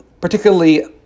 particularly